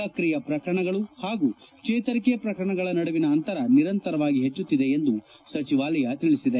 ಸಕ್ರಿಯ ಪ್ರಕರಣಗಳು ಹಾಗೂ ಚೇತರಿಕೆ ಪ್ರಕರಣಗಳ ನಡುವಿನ ಅಂತರ ನಿರಂತರವಾಗಿ ಹೆಚ್ಚುತ್ತಿದೆ ಎಂದು ಸಚಿವಾಲಯ ತಿಳಿಸಿದೆ